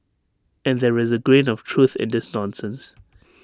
and there is A grain of truth in this nonsense